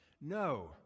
No